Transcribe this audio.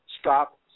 stop